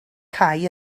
cae